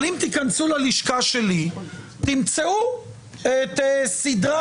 אבל אם תיכנסו ללשכה שלי תמצאו את סדרת